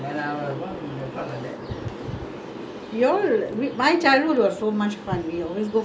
your my childhood was so much fun we always go for picnic cheapest [one] the cheapest age